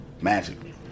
magically